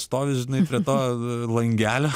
stovi žinai prie to langelio